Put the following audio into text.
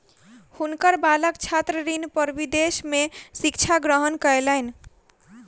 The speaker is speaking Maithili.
हुनकर बालक छात्र ऋण पर विदेश में शिक्षा ग्रहण कयलैन